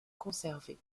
conservé